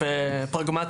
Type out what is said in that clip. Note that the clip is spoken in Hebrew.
חברים.